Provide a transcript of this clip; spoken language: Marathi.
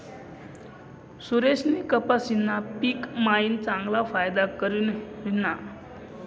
सुरेशनी कपाशीना पिक मायीन चांगला फायदा करी ल्हिना